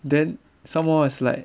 then some more it's like